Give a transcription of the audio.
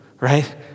right